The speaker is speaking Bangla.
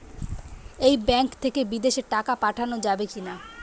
এই ব্যাঙ্ক থেকে বিদেশে টাকা পাঠানো যাবে কিনা?